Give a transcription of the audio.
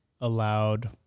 allowed